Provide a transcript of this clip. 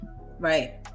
right